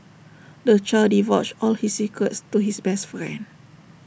the child divulged all his secrets to his best friend